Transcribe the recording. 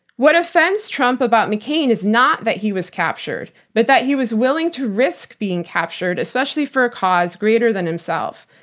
what offends trump about mccain is not that he was captured, but that he was willing to risk being captured, especially for a cause greater than himself.